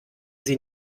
sie